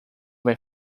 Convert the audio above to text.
vai